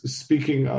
speaking